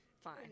fine